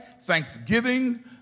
thanksgiving